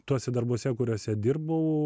tuose darbuose kuriuose dirbau